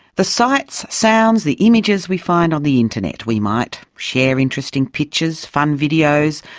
the sights, sounds, the images we find on the internet, we might share interesting pictures, fun videos,